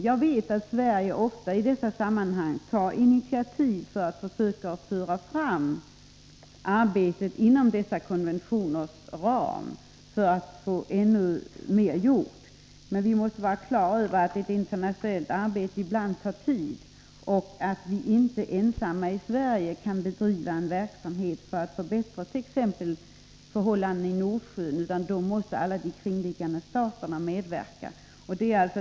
Jag vet att Sverige ofta i dessa sammanhang tar initiativ för att försöka få ännu mer gjort inom dessa konventioners ram, men vi måste vara klara över att internationellt arbete ibland tar tid och att vi inte ensamma kan bedriva en verksamhet för att förbättra t.ex. förhållandena i Nordsjön, utan då måste alla de kringliggande staterna medverka.